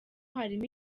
harimo